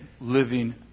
living